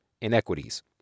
inequities